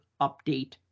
update